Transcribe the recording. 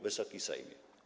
Wysoki Sejmie!